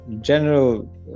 general